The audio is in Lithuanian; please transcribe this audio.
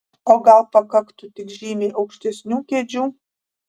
o gal pakaktų tik žymiai aukštesnių kėdžių